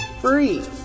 free